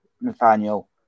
Nathaniel